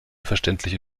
verständliche